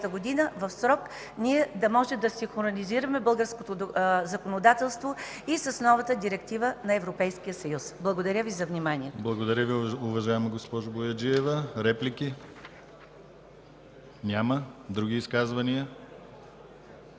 г. в срок да можем да синхронизираме българското законодателство и с новата директива на Европейския съюз. Благодаря Ви за вниманието.